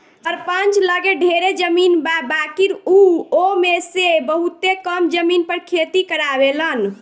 सरपंच लगे ढेरे जमीन बा बाकिर उ ओमे में से बहुते कम जमीन पर खेती करावेलन